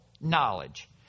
knowledge